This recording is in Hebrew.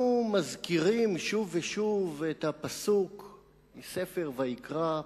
אנחנו מזכירים שוב ושוב את הפסוק מספר ויקרא,